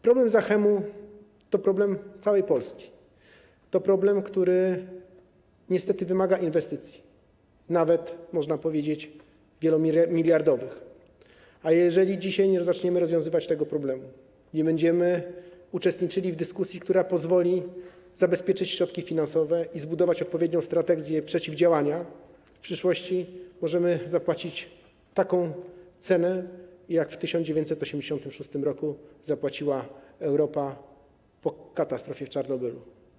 Problem Zachemu to problem całej Polski, to problem, który niestety wymaga inwestycji, można nawet powiedzieć: wielomiliardowych, a jeżeli dzisiaj nie zaczniemy rozwiązywać tego problemu, nie będziemy uczestniczyli w dyskusji, która pozwoli zabezpieczyć środki finansowe i zbudować odpowiednią strategię przeciwdziałania, to w przyszłości możemy zapłacić taką cenę, jaką w 1986 r. zapłaciła Europa po katastrofie w Czarnobylu.